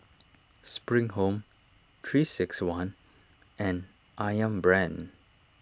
Spring Home three six one and Ayam Brand